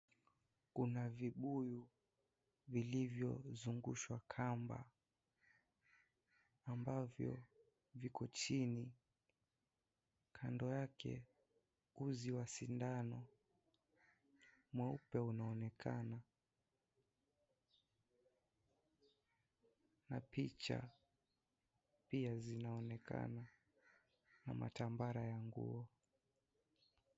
Kuna vibuyu vilivyozungushwa kamba ambavyo viko chini, kando yake uzi ya sindano mweupe unaonekana na picha pia zinaonekana ama tambara ya nguo.